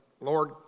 Lord